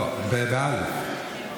לא, באל"ף.